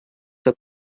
for